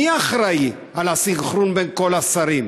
מי אחראי על הסנכרון בין כל השרים?